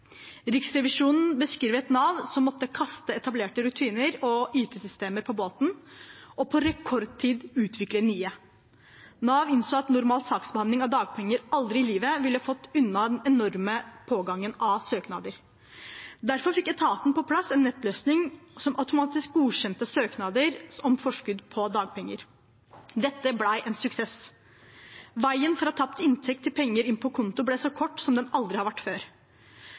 Riksrevisjonen beskriver et Nav som måtte kaste etablerte rutiner og ytelsessystemer på båten og på rekordtid utvikle nye. Nav innså at normal saksbehandling av dagpenger aldri i livet ville fått unna den enorme pågangen av søknader. Derfor fikk etaten på plass en nettløsning som automatisk godkjente søknader om forskudd på dagpenger. Dette ble en suksess. Veien fra tapt inntekt til penger inn på konto ble så kort som den aldri har vært før.